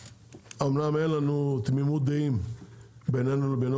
אמנם אין לנו תמימות דעים בינינו לבינו